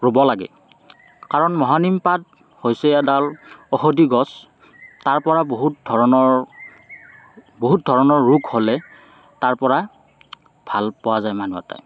ৰুব লাগে কাৰণ মহানিম পাত হৈছে এডাল ঔষধি গছ তাৰপৰা বহুত ধৰণৰ বহুত ধৰণৰ ৰোগ হ'লে তাৰপৰা ভালপোৱা যায় মানুহৰ তাত